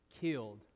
killed